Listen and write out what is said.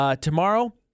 tomorrow